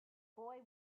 boy